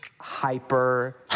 hyper